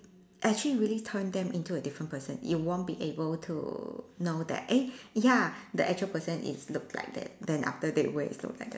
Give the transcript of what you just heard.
actually really turn them into a different person you won't be able to know that eh ya the actual person is look like that then after they wear is look like that